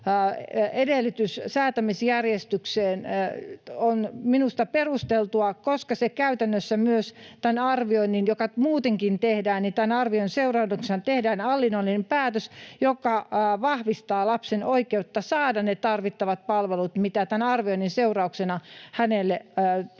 edellytys säätämisjärjestykseen on minusta perusteltu. Käytännössä tämän arvioinnin — joka muutenkin tehdään — seurauksena tehdään hallinnollinen päätös, joka vahvistaa lapsen oikeutta saada ne tarvittavat palvelut, mitä tämän arvioinnin seurauksena hänelle pitäisi